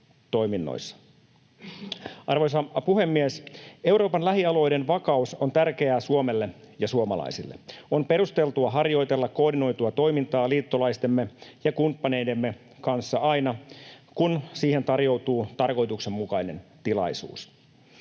Arvoisa puhemies! Euroopan lähialueiden vakaus on tärkeää Suomelle ja suomalaisille. On perusteltua harjoitella koordinoitua toimintaa liittolaistemme ja kumppaneidemme kanssa aina, kun siihen tarjoutuu tarkoituksenmukainen tilaisuus.